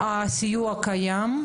הסיוע קיים.